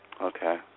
Okay